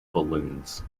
balloons